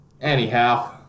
Anyhow